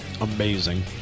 Amazing